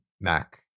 mac